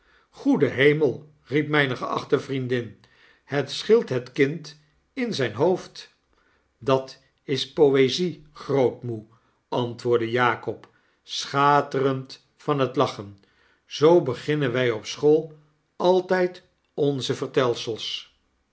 g-oede hemel riep myne geachte vriendin het scheelt het kind in zyn hoofd dat is poezie grootmoe antwoordde jakob schaterend van het lachen zoo beginnen wij op school altijd onze vertelsels